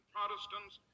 Protestants